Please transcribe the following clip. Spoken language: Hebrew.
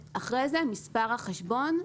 ואחר כך מספר החשבון.